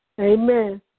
Amen